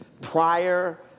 prior